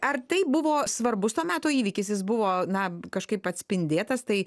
ar tai buvo svarbus to meto įvykis jis buvo na kažkaip atspindėtas tai